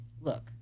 look